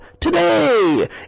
today